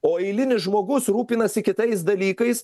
o eilinis žmogus rūpinasi kitais dalykais